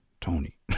Tony